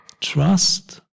Trust